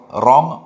wrong